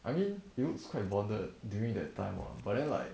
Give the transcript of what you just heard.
I mean looks quite bonded during that time ah but then like